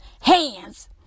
hands